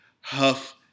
huff